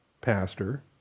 pastor